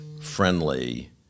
friendly